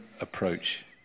approach